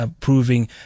proving